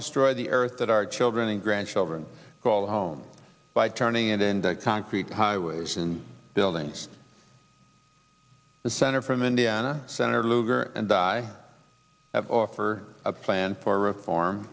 destroy the earth that our children and grandchildren call home by turning it into concrete highways and buildings the center from indiana senator lugar and i have offer a plan for reform